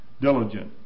diligent